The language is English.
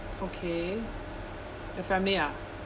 okay your family ah